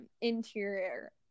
interior